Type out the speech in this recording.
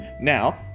Now